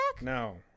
no